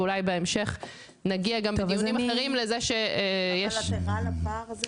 ואולי בהמשך נגיע גם בדיונים אחרים לזה --- אבל את ערה לפער הזה